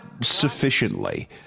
sufficiently